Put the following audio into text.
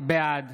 בעד